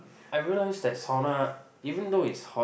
I realise that sauna even though it's hot